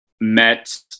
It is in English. met